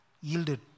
yielded